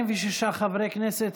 מיליון אנשים שחיים כאן